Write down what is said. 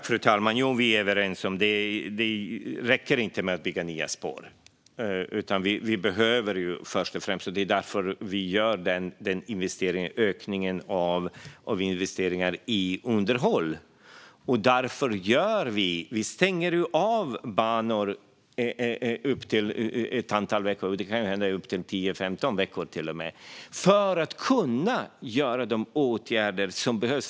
Fru talman! Ja, vi är överens om att det inte räcker att bygga nya spår. Det är därför vi ökar investeringarna i underhåll. Vi stänger av banor i upp till tio femton veckor för att kunna vidta de åtgärder som behövs.